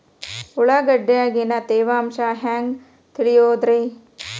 ಉಳ್ಳಾಗಡ್ಯಾಗಿನ ತೇವಾಂಶ ಹ್ಯಾಂಗ್ ತಿಳಿಯೋದ್ರೇ?